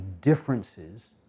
differences